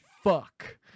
Fuck